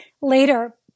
Later